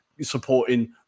supporting